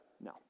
No